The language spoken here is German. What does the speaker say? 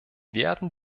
werden